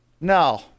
No